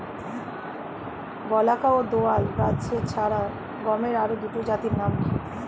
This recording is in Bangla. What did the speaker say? বলাকা ও দোয়েল ছাড়া গমের আরো দুটি জাতের নাম কি?